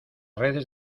redes